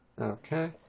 Okay